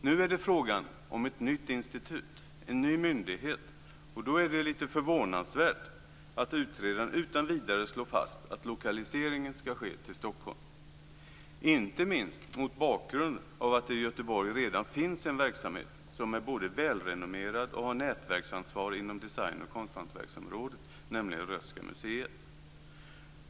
Nu är det fråga om ett nytt institut, en ny myndighet, och då är det lite förvånansvärt att utredaren utan vidare slår fast att lokaliseringen ska ske till Stockholm, inte minst mot bakgrund av att det i Göteborg redan finns en verksamhet som är både välrenommerad och har nätverksansvar inom design och konsthantverksområdet, nämligen Röhsska museet.